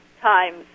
times